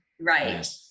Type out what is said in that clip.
Right